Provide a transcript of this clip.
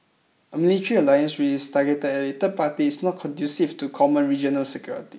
a military alliance which is targeted at a third party is not conducive to common regional security